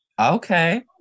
Okay